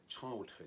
childhood